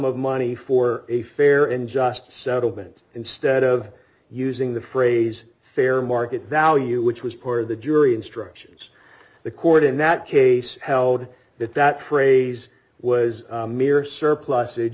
of money for a fair and just settlement instead of using the phrase fair market value which was part of the jury instructions the court in that case held that that phrase was mere surplusage